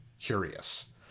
curious